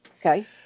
Okay